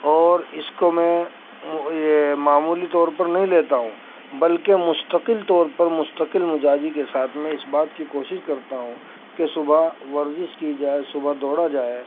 اور اس کو میں یہ معمولی طور پر نہیں لیتا ہوں بلکہ مستقل طور پر مستقل مزاجی کے ساتھ میں اس بات کی کوشش کرتا ہوں کہ صبح ورزش کی جائے صبح دوڑا جائے